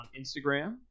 Instagram